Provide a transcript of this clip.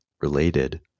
related